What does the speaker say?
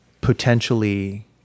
potentially